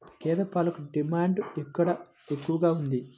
గేదె పాలకు డిమాండ్ ఎక్కడ ఎక్కువగా ఉంది?